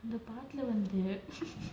the அந்த பாட்டுல வந்து:antha paatula vanthu